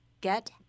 Get